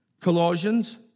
Colossians